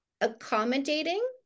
accommodating